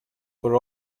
were